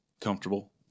comfortable